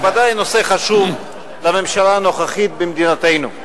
ובוודאי נושא חשוב לממשלה הנוכחית במדינתנו.